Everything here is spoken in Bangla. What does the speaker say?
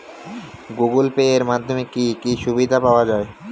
গুগোল পে এর মাধ্যমে কি কি সুবিধা পাওয়া যায়?